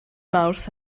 mawrth